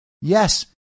Yes